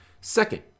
Second